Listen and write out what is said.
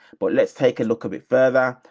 but let's take a look a bit further.